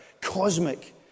cosmic